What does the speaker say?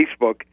Facebook